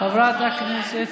חבר הכנסת